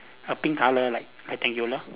a pink colour like rectangular